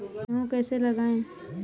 गेहूँ कैसे लगाएँ?